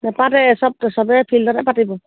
নেপাতে চব চবেই ফিল্ডতে পাতিব